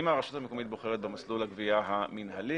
אם הרשות המקומית בוחרת במסלול הגבייה המנהלי,